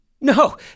No